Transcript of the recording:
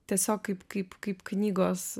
tiesiog kaip kaip kaip knygos